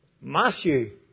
Matthew